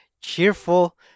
cheerful